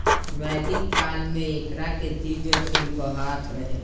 वैदिक काल में एकरा के दिव्य फूल कहात रहे